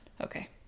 Okay